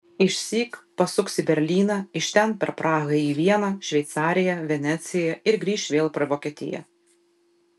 išsyk pasuks į berlyną iš ten per prahą į vieną šveicariją veneciją ir grįš vėl per vokietiją